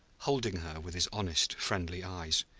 holding her with his honest, friendly eyes.